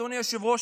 אדוני היושב-ראש,